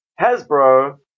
Hasbro